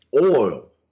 oil